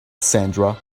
sandra